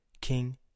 King